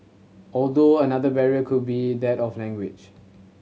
although another barrier could be that of language